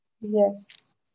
Yes